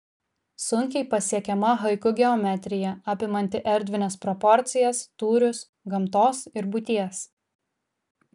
sunkiai pasiekiama haiku geometrija apimanti erdvines proporcijas tūrius gamtos ir būties